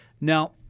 Now